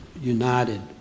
united